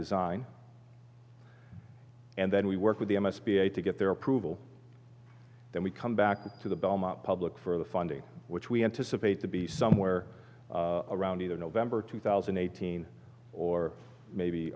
design and then we work with the m s p a to get their approval then we come back to the belmont public for the funding which we anticipate to be somewhere around either november two thousand and eighteen or maybe